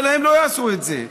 הם לא עשו את זה,